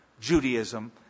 Judaism